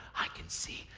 i can see.